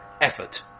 effort